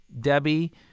Debbie